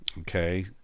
Okay